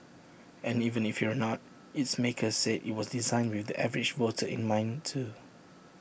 and even if you're not its makers say IT was designed with the average voter in mind too